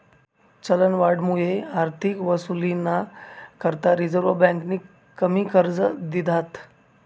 चलनवाढमुये आर्थिक वसुलीना करता रिझर्व्ह बँकेनी कमी कर्ज दिधात